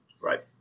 Right